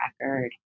record